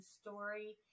story